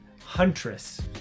huntress